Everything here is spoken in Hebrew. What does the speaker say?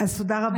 אז תודה רבה.